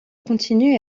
continue